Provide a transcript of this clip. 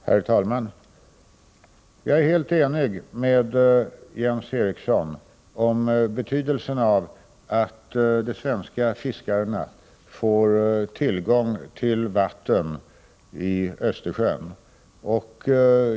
Herr talman! Jag är helt enig med Jens Eriksson om betydelsen av att svenska fiskare får tillgång till vatten i Östersjön.